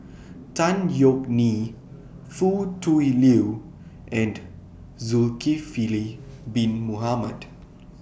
Tan Yeok Nee Foo Tui Liew and Zulkifli Bin Mohamed